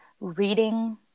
reading